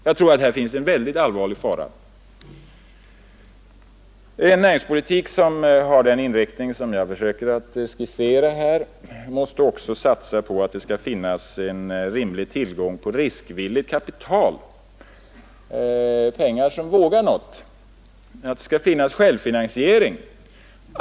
Jag tror att här finns en allvarlig fara. En näringspolitik med den inriktning som jag här försöker skissera måste också satsa på att det skall finnas en rimlig tillgång på riskvilligt kapital, pengar som vågar något. Det måste finnas en självfinansiering.